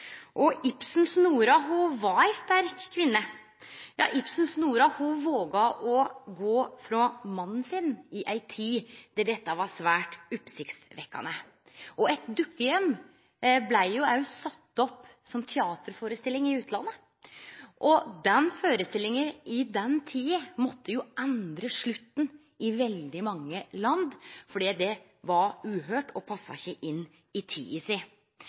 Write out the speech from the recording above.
og Ibsens Nora, ho var ei sterk kvinne! Ibsens Nora våga å gå ifrå mannen sin i ei tid der dette var svært oppsiktsvekkjande. «Et Dukkehjem» blei òg satt opp som teaterførestilling i utlandet, og i den tida måtte ein i veldig mange land endre på slutten, fordi han var uhørt og passa ikkje inn i tida si.